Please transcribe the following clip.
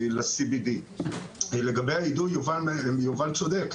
לגבי האידוי יובל צודק.